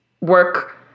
work